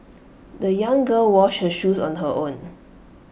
the young girl washed her shoes on her own